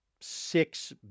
six